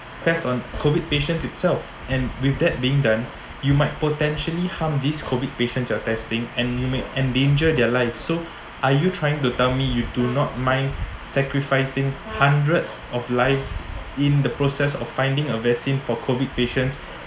test on COVID patient itself and with that being done you might potentially harm this COVID patient you are testing and you may endanger their life so are you trying to tell me you do not mind sacrificing hundred of lives in the process of finding a vaccine for COVID patient